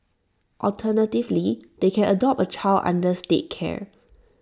alternatively they can adopt A child under state care